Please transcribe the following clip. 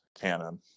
canon